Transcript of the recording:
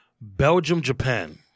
Belgium-Japan